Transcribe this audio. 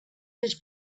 his